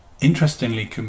Interestingly